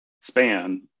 span